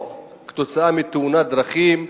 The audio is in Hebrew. או כתוצאה מתאונת דרכים,